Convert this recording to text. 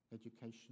education